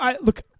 look